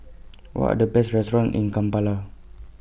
What Are The Best restaurants in Kampala